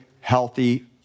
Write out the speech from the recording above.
healthy